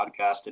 podcasted